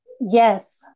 yes